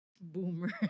Boomer